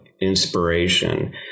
inspiration